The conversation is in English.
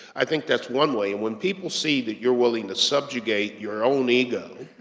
i think that's one way. and when people see that you're willing to subjugate your own ego,